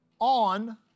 on